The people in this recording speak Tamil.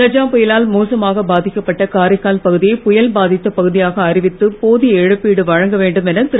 கஜா புயலால் மோசமாக பாதிக்கப்பட்ட காரைக்கால் பகுதியை புயல் பாதித்த பகுதியாக அறிவித்து இழப்பீடு வழங்க வேண்டும் என திரு